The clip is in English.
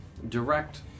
Direct